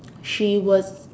she was